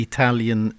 Italian